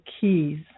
keys